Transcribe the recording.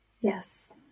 Yes